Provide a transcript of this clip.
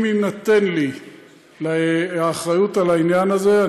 אם תינתן לי האחריות לעניין הזה,